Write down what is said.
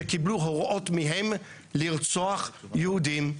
שקיבלו הוראות מהם לרצוח יהודים.